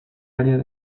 área